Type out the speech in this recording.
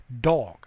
dog